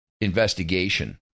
investigation